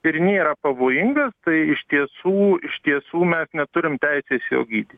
ir nėra pavojingas tai iš tiesų iš tiesų mes neturim teisės jo gydy